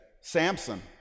Samson